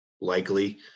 Likely